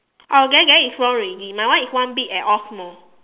oh then then it's wrong already my one is one big and all small